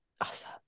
Awesome